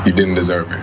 didn't deserve it